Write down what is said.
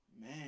man